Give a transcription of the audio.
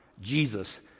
Jesus